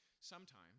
Sometime